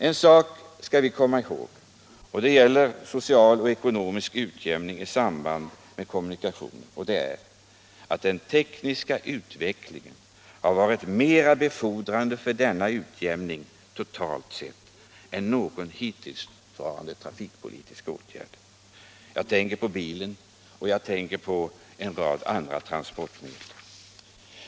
En sak skall vi komma ihåg när vi diskuterar kommunikationerna: den tekniska utvecklingen har totalt sett främjat social och ekonomisk utjämning mer än någon hittills vidtagen trafikpolitisk åtgärd. Jag tänker på bilen och på en rad andra transportmedel.